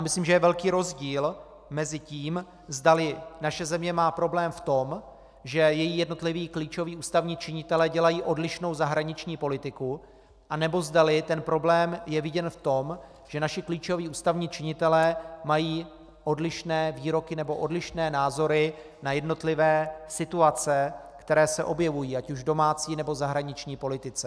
Myslím, že je velký rozdíl mezi tím, zdali naše země má problém v tom, že její jednotliví klíčoví ústavní činitelé dělají odlišnou zahraniční politiku, anebo zdali ten problém je viděn v tom, že naši klíčoví ústavní činitelé mají odlišné výroky nebo odlišné názory na jednotlivé situace, které se objevují, ať už v domácí, nebo v zahraniční politice.